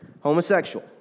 homosexual